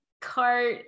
cart